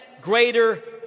greater